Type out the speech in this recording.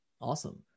Awesome